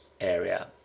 area